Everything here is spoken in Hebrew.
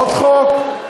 עוד חוק?